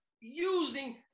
using